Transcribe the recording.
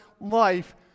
life